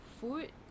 food